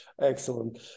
excellent